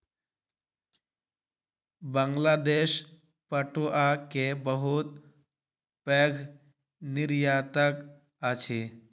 बांग्लादेश पटुआ के बहुत पैघ निर्यातक अछि